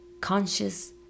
conscious